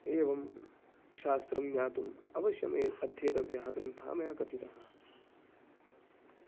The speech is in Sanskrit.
एवं शास्त्रं ज्ञातुम् अवश्यम् ए अध्येतव्याः ग्रन्थाः मया कथिताः